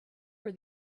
were